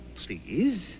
please